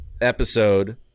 episode